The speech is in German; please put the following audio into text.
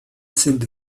sind